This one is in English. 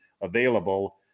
available